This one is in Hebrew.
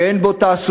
שאין בו תעסוקה,